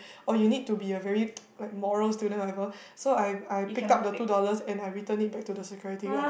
oh you need to be a very like morale student or whatever so I I picked up the two dollars and I returned it back to the security guard